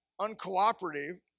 uncooperative